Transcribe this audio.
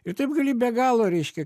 ir taip gali be galo reiškia